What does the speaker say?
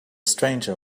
stranger